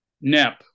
NEP